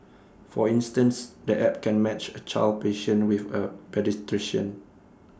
for instance the app can match A child patient with A paediatrician